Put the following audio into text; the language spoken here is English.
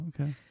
okay